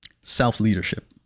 self-leadership